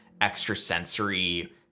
extrasensory